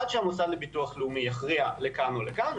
עד שהמוסד לביטוח לאומי יכריע לכאן או לכאן,